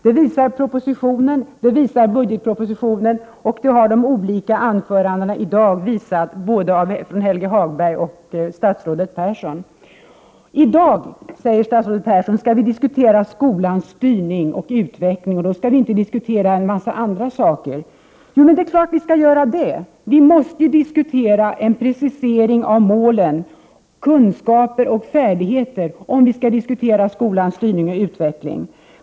Det visar den proposition vi nu behandlar, och det visar budgetpropositionen och anförandena här i dag av Helge Hagberg och statsrådet Persson. I dag, säger statsrådet Persson, skall vi diskutera skolans styrning och utveckling, och då skall vi inte diskutera en massa andra saker. Det är klart att vi skall göra det. Vi måste diskutera en precisering av mål, kunskaper och färdigheter om vi skall diskutera skolans styrning och utveckling.